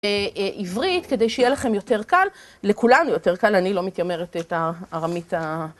עברית כדי שיהיה לכם יותר קל, לכולנו יותר קל, אני לא מתיימרת את הארמית ה...